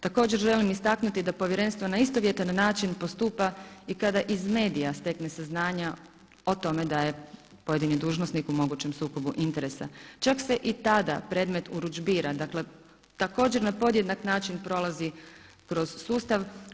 Također želim istaknuti da Povjerenstvo na istovjetan način postupa i kada iz medija stekne saznanja o tome da je pojedini dužnosnik u mogućem sukobu interesa, čak se i tada predmet urudžbira, dakle također na podjednak način prolazi kroz sustav.